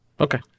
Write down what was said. okay